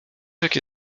jakie